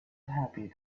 happy